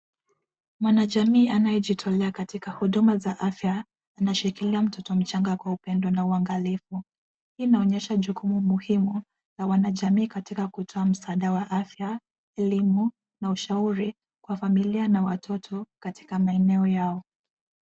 Mwanajamii anaye jitolea katika huduma za afya anashikilia mtoto mchanga kwa upendo na uangalifu. Hii inaonyesha jukumu muhimi na wanajamii katika kutoa msaada wa afya ,elimu na ushauri kwa familia na watoto katika maeneo yao.